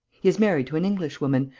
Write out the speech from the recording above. he is married to an englishwoman,